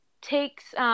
takes –